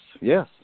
yes